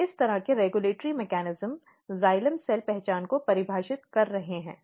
तो इस तरह के नियामक तंत्र जाइलम सेल पहचान को परिभाषित कर रहे हैं